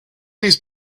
these